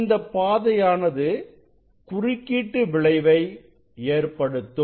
இந்தப் பாதையானது குறுக்கீட்டு விளைவை ஏற்படுத்தும்